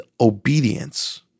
obedience